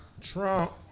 trump